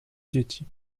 dzieci